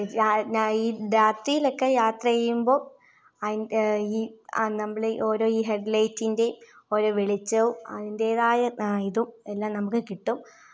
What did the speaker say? നൈ രാത്രീലൊക്കെ യാത്രചെയ്യുമ്പോൾ ഈ നമ്മളീ ഓരോ ഇ ഹെഡ് ലൈറ്റിന്റേം ഒരു വെളിച്ചോം അതിൻറ്റേതായ ഇതും എല്ലാം നമുക്ക് കിട്ടും